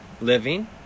Living